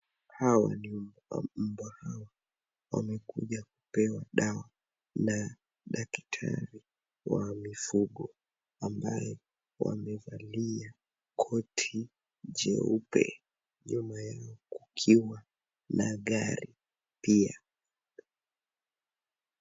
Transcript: Hawa ni mbwa, mbwa hawa wamekuja kupewa dawa na daktari wa mifugo ambaye wamevalia koti jeupe nyuma ya kukiwa na gari pia.